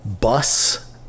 bus